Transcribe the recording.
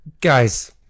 Guys